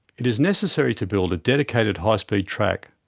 it is necessary to build a dedicated high speed track.